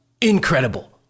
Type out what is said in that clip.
incredible